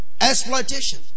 Exploitation